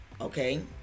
okay